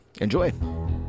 Enjoy